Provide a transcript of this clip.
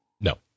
No